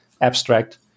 abstract